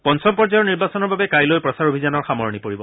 পঞ্চম পৰ্যায়ৰ নিৰ্বাচনৰ বাবে কাইলৈ প্ৰচাৰ অভিযানৰ সামৰণি পৰিব